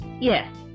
Yes